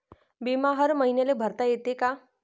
बिमा हर मईन्याले भरता येते का?